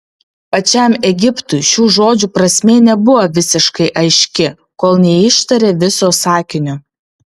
pačiam egiptui šių žodžių prasmė nebuvo visiškai aiški kol neištarė viso sakinio